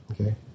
Okay